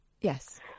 Yes